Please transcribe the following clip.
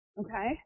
Okay